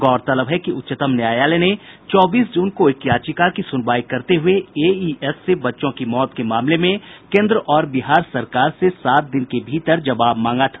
गौरतलब है कि उच्चतम न्यायालय ने चौबीस जून को एक याचिका की सुनवाई करते हुए एईएस से बच्चों की मौत के मामले में केन्द्र और बिहार सरकार से सात दिन के भीतर जवाब मांगा था